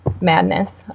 madness